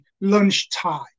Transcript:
lunchtime